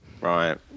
Right